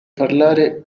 parlare